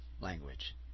language